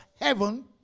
heaven